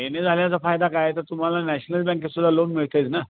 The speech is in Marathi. ए ने झाल्याचा फायदा काय तर तुम्हाला नॅशनल बँकेत सुद्धा लोन मिळत आहे ना